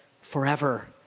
forever